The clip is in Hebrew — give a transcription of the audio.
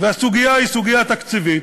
והסוגיה היא סוגיה תקציבית,